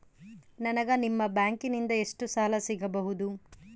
ನನಗ ನಿಮ್ಮ ಬ್ಯಾಂಕಿನಿಂದ ಎಷ್ಟು ಸಾಲ ಸಿಗಬಹುದು?